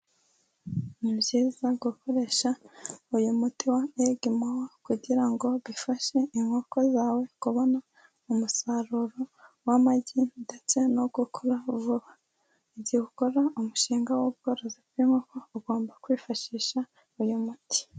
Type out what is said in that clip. Ni byiza gukoresha uyu muti wa Egg more kugira ngo bifashe inkoko zawe kubona umusaruro w'amagi ndetse no gukura vuba. Igihe ukora umushinga w'ubworozi bw'inkoko ugomba kwifashisha uyu muti.